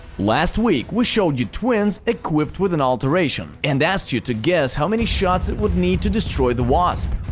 last week we showed you twins equipped with an alteration, and asked you to guess how many shots it would need to destroy the wasp.